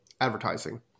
advertising –